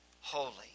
holy